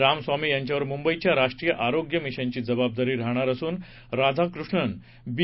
रामस्वामी यांच्यावर मुंबईच्या राष्ट्रीय आरोग्य मिशनघी जबाबदारी राहणार असून राधाकृष्णनन बी